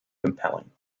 compelling